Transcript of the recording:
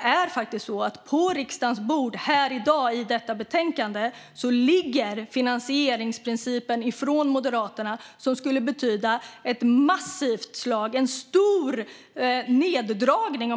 Här på riksdagens bord, i dag, i detta betänkande, ligger faktiskt en finansieringsprincip från Moderaterna som skulle betyda ett massivt slag, en stor neddragning